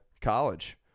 college